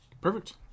Perfect